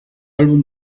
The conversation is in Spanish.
álbum